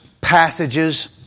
passages